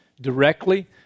directly